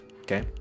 Okay